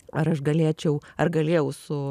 ar aš galėčiau ar galėjau su